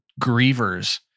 grievers